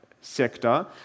sector